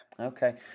Okay